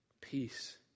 peace